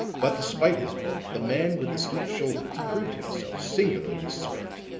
but despite his bulk, the man with the stooped shoulders proved himself singularly swift.